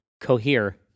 cohere